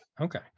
Okay